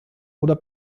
oder